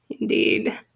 Indeed